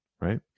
Right